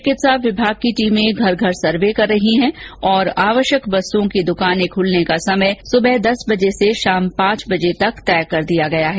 चिकित्सा विभाग की टीमें घर घर सर्वे कर रही है और आवश्यक वस्तुओं की दुकानें खुलने का समय सुबह दस बजे से पांच बजे तक तय कर दिया गया है